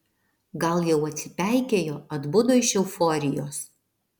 gal jau atsipeikėjo atbudo iš euforijos